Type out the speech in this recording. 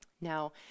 Now